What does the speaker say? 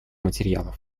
материалов